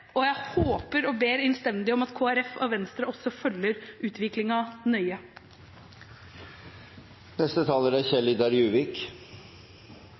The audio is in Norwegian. og jeg håper og ber innstendig om at Kristelig Folkeparti og Venstre også følger utviklingen nøye. Jeg er